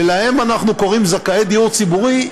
ולהם אנחנו קוראים זכאי דיור ציבורי.